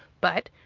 but,